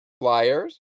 Flyers